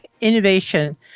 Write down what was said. innovation